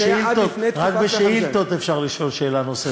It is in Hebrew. כשזה היה עד לפני תקופת --- רק בשאילתות אפשר לשאול שאלה נוספת.